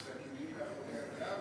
סכינים מאחורי הגב?